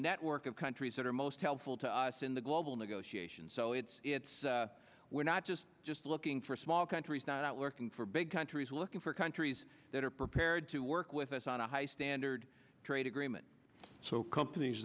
network of countries that are most helpful to us in the global negotiations so it's it's we're not just just looking for small countries not working for big countries looking for countries that are prepared to work with us on a high standard trade agreement so companies